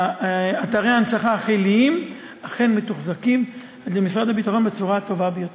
אתרי הנצחה חיליים אכן מתוחזקים על-ידי משרד הביטחון בצורה הטובה ביותר.